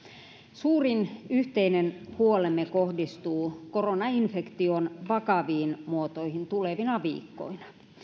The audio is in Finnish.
suurin yhteinen huolemme kohdistuu koronainfektion vakaviin muotoihin tulevina viikkoina